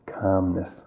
calmness